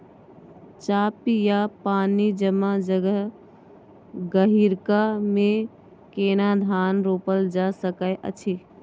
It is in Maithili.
चापि या पानी जमा जगह, गहिरका मे केना धान रोपल जा सकै अछि?